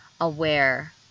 aware